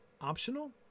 optional